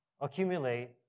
accumulate